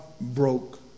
broke